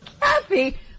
Kathy